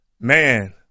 man